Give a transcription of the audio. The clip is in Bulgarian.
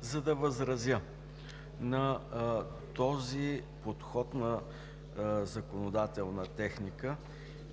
за да възразя на този подход на законодателна техника